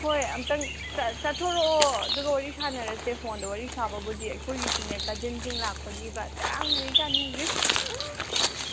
ꯍꯣꯏ ꯑꯃꯨꯛꯇꯪ ꯆꯠꯊꯣꯔꯛꯑꯣ ꯑꯗꯨꯒ ꯋꯥꯔꯤ ꯁꯥꯟꯅꯔꯁꯦ ꯐꯣꯟꯗ ꯋꯥꯔꯤ ꯁꯥꯕꯕꯨꯗꯤ ꯑꯩꯈꯣꯏꯒꯤꯁꯨꯅꯦ ꯀꯖꯤꯟꯁꯤꯡ ꯂꯥꯛꯄꯒꯤꯕ ꯆꯥꯔꯥꯡꯅꯔꯤꯖꯥꯠꯅꯤ ꯍꯧꯖꯤꯛ